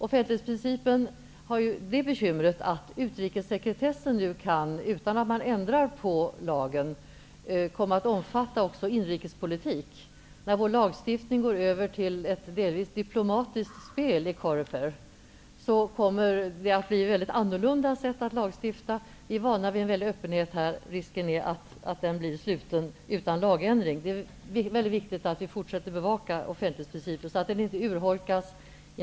Offentlighetsprincipen har det bekymret att utrikessekretessen nu, utan att man ändrar på lagen, kan komma att omfatta också inrikespolitik. När vår lagstiftning går över till ett delvis diplomatiskt spel i COREPER kommer sättet att lagstifta att bli väldigt annorlunda. Vi är vana vid en stor öppenhet här. Men risken finns att det blir slutenhet utan lagändring. Det är alltså väldigt viktigt att vi fortsätter att bevaka offentlighetsprincipen, så att den inte urholkas.